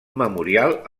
memorial